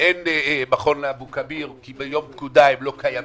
אין מכון באבו כביר כי ביום פקודה הם לא קיימים,